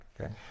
okay